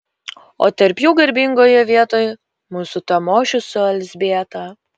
o tarp jų garbingoje vietoj mūsų tamošius su elzbieta